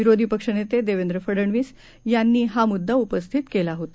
विरोधी पक्षनेते देवेंद्र फडनवीस यांनी हा मुद्दा उपस्थित केला होता